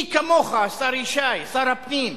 מי כמוך, השר ישי, שר הפנים,